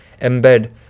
embed